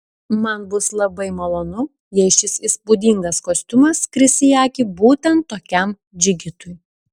man bus labai malonu jei šis įspūdingas kostiumas kris į akį būtent tokiam džigitui